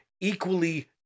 equally